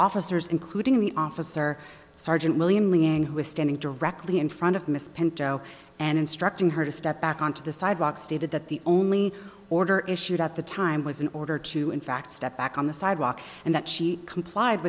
officers including the ah officer sergeant william liang who was standing directly in front of miss pinto and instructing her to step back onto the sidewalk stated that the only order issued at the time was in order to in fact step back on the sidewalk and that she complied